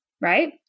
right